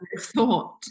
thought